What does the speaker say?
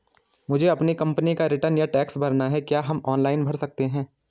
मुझे अपनी कंपनी का रिटर्न या टैक्स भरना है क्या हम ऑनलाइन भर सकते हैं?